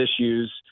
issues